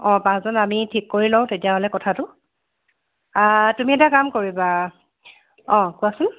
অ পাঁচজন আমি ঠিক কৰি লওঁ তেতিয়াহ'লে কথাটো তুমি এটা কাম কৰিবা অ কোৱাচোন